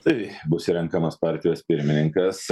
tai bus renkamas partijos pirmininkas